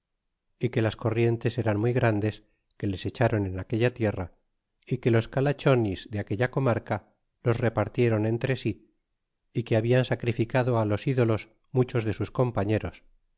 y que las corrientes eran muy grandes que les echaron en aquella tierra y que los calachionis de aquella comarca los repartiéron entre sí é que hablan sacrificado filos ídolos muchos de sus compañeros